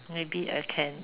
maybe I can